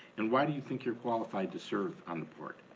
and why do you think you're qualified to serve on the board?